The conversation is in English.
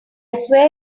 swear